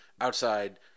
outside